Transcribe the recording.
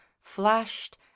flashed